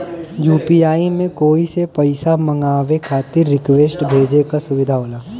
UPI में कोई से पइसा मंगवाये खातिर रिक्वेस्ट भेजे क सुविधा होला